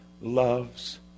loves